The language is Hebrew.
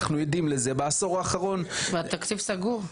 אנחנו עדים לזה בעשור האחרון והתקציב סגור.